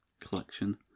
collection